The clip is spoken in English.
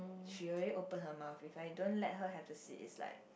she already open her mouth if I don't let her have the seat it's like